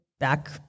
Back